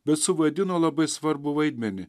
bet suvaidino labai svarbų vaidmenį